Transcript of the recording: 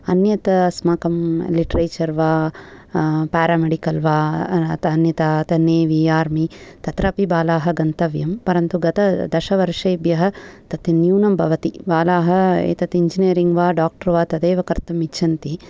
अन्यत् अस्माकं लिटरेचर् वा पेरामेडिकल् वा अन्यथा नेवि आर्मि तत्रापि बाला गन्तव्यं परं गत दशवर्षेभ्य तत् न्यूनं भवति बाला एतत् इञ्जनियरिङ्ग् वा डाक्टर् वा तदेव कर्तुम् इच्छन्ति